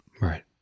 right